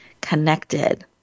connected